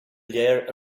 léir